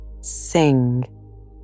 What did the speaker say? Sing